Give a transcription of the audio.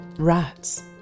Rats